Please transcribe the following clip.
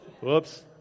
Whoops